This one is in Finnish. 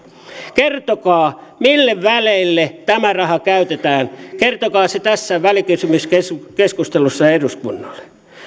kertokaa mille väleille tämä raha käytetään kertokaa se tässä välikysymyskeskustelussa eduskunnalle